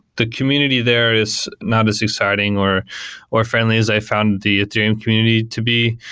the community there is not as exciting or or friendly as i found the ethereum community to be.